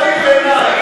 בחיי אדם.